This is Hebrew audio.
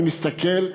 ואני מסתכל.